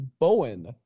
Bowen